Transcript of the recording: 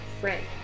friend